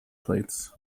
plates